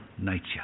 nature